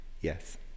yes